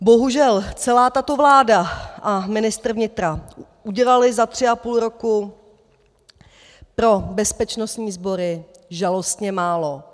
Bohužel celá tato vláda a ministr vnitra udělali za tři a půl roku pro bezpečnostní sbory žalostně málo.